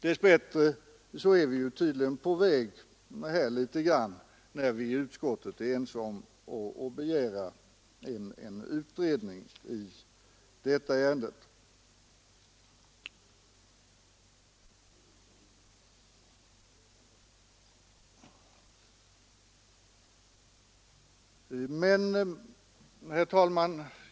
Dess bättre är vi tydligen en liten bit på väg när vi i utskottet är eniga om att begära en utredning i detta ärende. Herr talman!